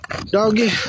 doggy